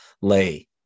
lay